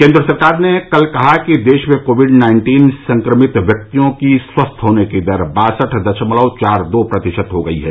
केन्द्र सरकार ने कल कहा कि देश में कोविड नाइन्टीन संक्रमित व्यक्तियों की स्वस्थ होने की दर बासठ दशमलव चार दो प्रतिशत हो गई है